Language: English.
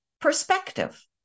perspective